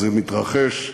זה מתרחש.